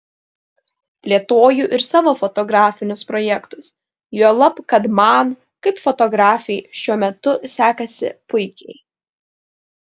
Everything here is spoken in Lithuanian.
plėtoju ir savo fotografinius projektus juolab kad man kaip fotografei šiuo metu sekasi puikiai